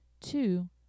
Two